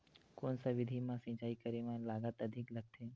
कोन सा विधि म सिंचाई करे म लागत अधिक लगथे?